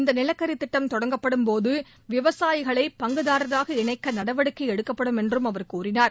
இந்த நிலக்கரி திட்டம் தொடங்கப்படும் போது விவசாயிகளை பங்குதாரராக இணைக்க நடவடிக்கை எடுக்கப்படும் என்றும் அவர் தெரிவித்தார்